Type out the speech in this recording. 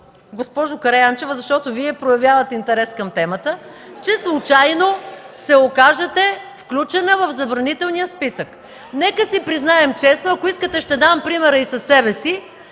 госпожо Караянчева, защото Вие проявявате интерес към темата, че случайно се окажете включена в забранителния списък. Нека си признаем честно, ако искате ще дам примера и със себе си,